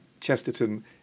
Chesterton